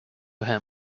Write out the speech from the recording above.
him